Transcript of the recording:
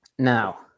now